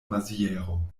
maziero